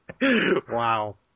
Wow